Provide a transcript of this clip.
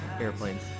airplanes